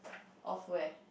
of where